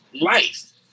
life